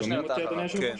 קושניר, אתה אחריו.